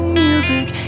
music